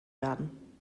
werden